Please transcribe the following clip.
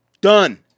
Done